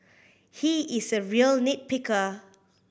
he is a real nit picker